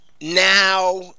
Now